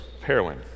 heroin